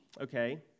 Okay